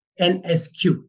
NSQ